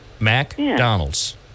McDonald's